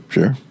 Sure